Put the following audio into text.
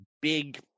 big